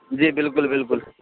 جی بالکل بالکل